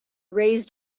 raised